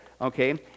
okay